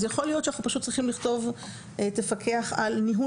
יכול להיות שאנחנו צריכים לכתוב: תפקח על ניהול